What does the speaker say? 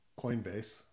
coinbase